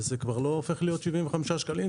וזה כבר לא הופך להיות 75 שקלים,